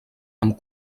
amb